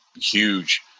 huge